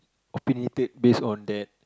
opinionated based on that